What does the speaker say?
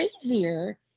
crazier